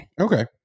Okay